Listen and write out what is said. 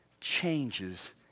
changes